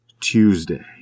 Tuesday